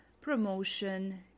promotion